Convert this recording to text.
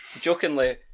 Jokingly